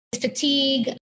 fatigue